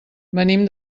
venim